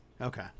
Okay